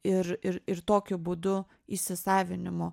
ir ir ir tokiu būdu įsisavinimo